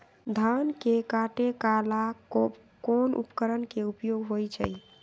धान के काटे का ला कोंन उपकरण के उपयोग होइ छइ?